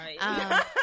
Right